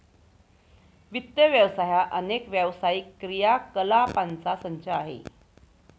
वित्त व्यवसाय हा अनेक व्यावसायिक क्रियाकलापांचा संच आहे